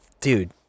dude